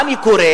מה אני קורא?